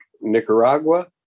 Nicaragua